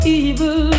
evil